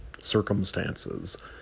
circumstances